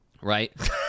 Right